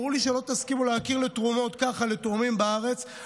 ברור לי שלא תסכימו להכיר בתרומות ככה לתורמים בארץ,